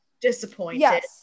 disappointed